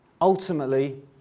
ultimately